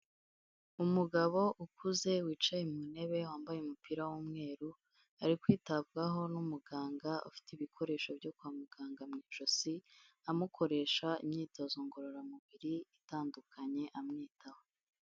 Umugabo ukuze wicaye mu ntebe wambaye umupira w'umweru, ari kwitabwaho n'umuganga ufite ibikoresho byo kwa muganga mu ijosi, amukoresha imyitozo ngororamubiri itandukanye amwitaho.